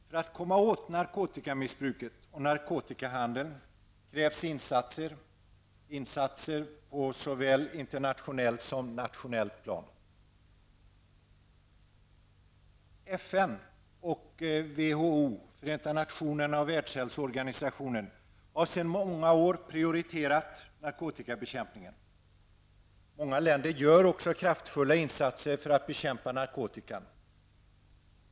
För att komma åt narkotikamissbruket och narkotikahandeln krävs insatser på såväl internationellt som nationellt plan. Förenta nationerna och Världshälsoorganisationen har sedan många år prioriterat narkotikabekämpningen. Många länder gör också kraftfulla insatser för att bekämpa narkotikan.